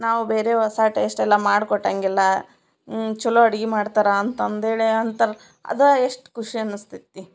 ನಾವು ಬೇರೆ ಹೊಸಾ ಟೇಸ್ಟ್ ಎಲ್ಲ ಮಾಡಿಕೊಟ್ಟಂಗೆಲ್ಲ ಚಲೋ ಅಡ್ಗೆ ಮಾಡ್ತಾರೆ ಅಂತಂದೇಳಿ ಅಂತಾರೆ ಅದೇ ಎಷ್ಟು ಖುಷಿ ಅನ್ನಿಸ್ತೈತೆ